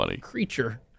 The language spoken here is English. creature